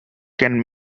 can